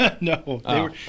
no